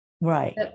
Right